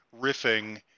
riffing